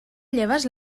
lleves